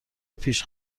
پیش